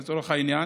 לצורך העניין.